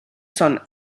són